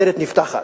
הדלת נפתחת.